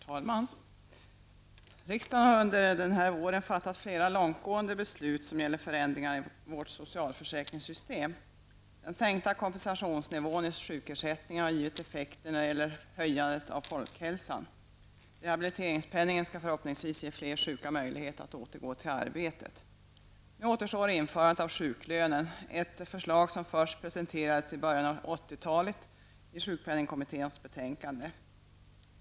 Herr talman! Riksdagen har under denna vår fattat flera långtgående beslut som gäller förändringar i vårt socialförsäkringssystem. Den sänkta kompensationsnivån i sjukersättningen har givit effekter när det gäller att förbättra folkhälsan, och rehabiliteringspenningen skall förhoppningsvis ge flera sjuka möjlighet att återgå till arbetet. Nu återstår införandet av sjuklönen, ett förslag som först presenterades i början av 80-talet i sjukpenningkommitténs betänkande.